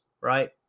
right